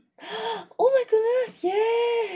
oh my goodness yes